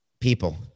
people